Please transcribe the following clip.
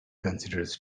considers